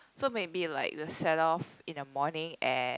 so maybe like the set off in the morning at